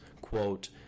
quote